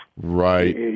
Right